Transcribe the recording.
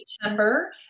September